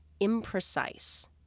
imprecise